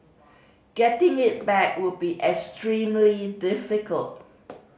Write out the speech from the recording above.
getting it back would be extremely difficult